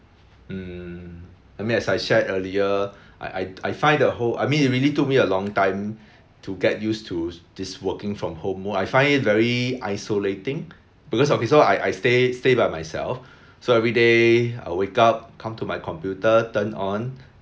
mm I mean as I shared earlier I I I find the whole I mean it really took me a long time to get used to this working from home mode I find it very isolating because okay so I stay stay by myself so everyday I wake up come to my computer turn on